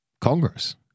Congress